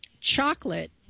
chocolate